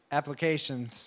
applications